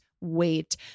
wait